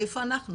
איפה אנחנו?